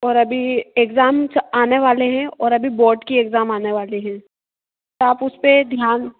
और अभी एग्ज़ाम्स आने वाले हैं और अभी बोर्ड के एग्ज़ाम आने वाले हैं आप उस पर ध्यान